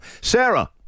Sarah